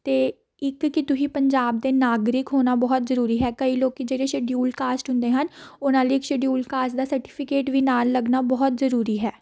ਅਤੇ ਇੱਕ ਕਿ ਤੁਸੀਂ ਪੰਜਾਬ ਦੇ ਨਾਗਰਿਕ ਹੋਣਾ ਬਹੁਤ ਜ਼ਰੂਰੀ ਹੈ ਕਈ ਲੋਕ ਜਿਹੜੇ ਸ਼ਡਿਊਲ ਕਾਸਟ ਹੁੰਦੇ ਹਨ ਉਹਨਾਂ ਲਈ ਇੱਕ ਸ਼ਡਿਊਲ ਕਾਸਟ ਦਾ ਸਰਟੀਫਿਕੇਟ ਵੀ ਨਾਲ ਲੱਗਣਾ ਬਹੁਤ ਜ਼ਰੂਰੀ ਹੈ